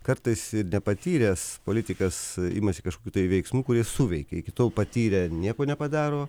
kartais ir nepatyręs politikas imasi kažkokių veiksmų kurie suveikė iki tol patyrę nieko nepadaro